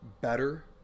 better